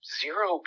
zero